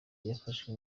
yafashe